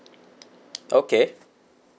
okay